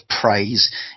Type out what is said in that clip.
praise